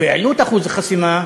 והעלו את אחוז החסימה,